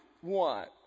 one